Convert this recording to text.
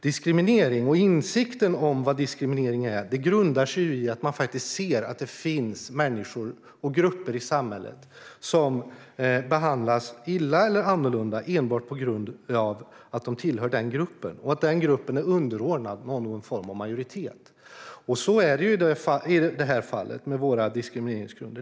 Diskriminering och insikten om vad diskriminering är grundar sig i att man faktiskt ser att det finns människor och grupper i samhället som behandlas illa eller annorlunda enbart på grund av att de tillhör den gruppen och att den gruppen är underordnad någon form av majoritet. Så är det i detta fall med våra diskrimineringsgrunder.